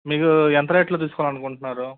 మీకు ఎంత రేట్లు తీసుకోవాలి అనుకుంటున్నారు